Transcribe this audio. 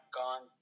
gone